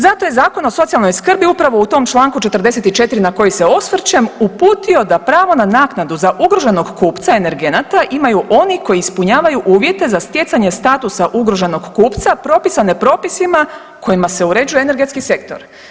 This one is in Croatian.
Zato je Zakon o socijalnoj skrbi upravo u tom članku 44. na koji se osvrćem uputio da pravo na naknadu za ugroženog kupca energenata imaju oni koji ispunjavaju uvjete za stjecanje statusa ugroženog kupca propisane propisima kojima se uređuje energetski sektor.